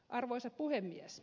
arvoisa puhemies